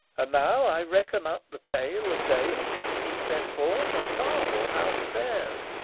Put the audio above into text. and now i reckon up the tale of days since he set forth, and marvel how he fares.